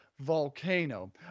Volcano